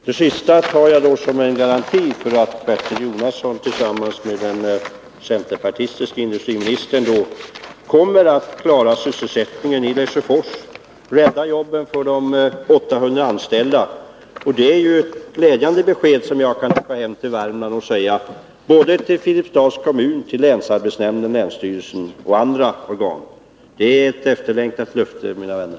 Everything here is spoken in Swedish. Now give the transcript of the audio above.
Herr talman! Det senaste tar jag som en garanti för att Bertil Jonasson, tillsammans med den centerpartistiske industriministern, kommer att klara sysselsättningen i Lesjöfors och rädda jobben för de 800 anställda. Det är ju ett glädjande besked, som jag kan åka hem till Värmland och ge till såväl Filipstads kommun som länsarbetsnämnden och länsstyrelsen och andra organ. Det är ett efterlängtat löfte, mina vänner!